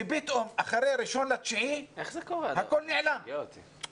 ופתאום אחרי ה-1.9 הכול נעלם.